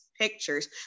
pictures